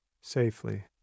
safely